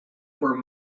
were